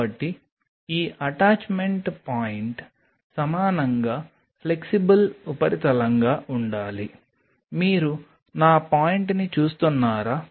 కాబట్టి ఈ attachment point సమానంగా ఫ్లెక్సిబుల్ ఉపరితలంగా ఉండాలి మీరు నా పాయింట్ని చూస్తున్నారా